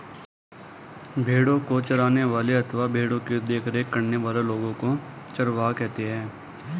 भेड़ों को चराने वाले अथवा भेड़ों की देखरेख करने वाले लोगों को चरवाहा कहते हैं